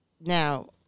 Now